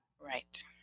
Right